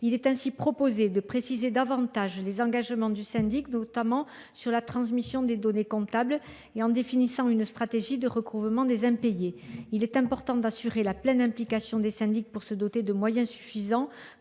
Il s’agit de préciser davantage les engagements du syndic, relatifs notamment à la transmission des données comptables, et de définir une stratégie de recouvrement des impayés. Il est important d’assurer la pleine implication des syndics si nous voulons nous doter des moyens suffisants